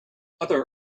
other